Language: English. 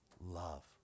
love